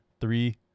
three